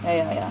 ah ya ya